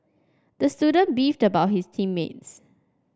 the student beefed about his team mates